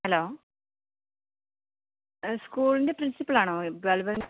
hello സ്കൂളിൻ്റെ പ്രിൻസിപ്പളാണോ